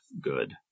good